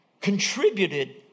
contributed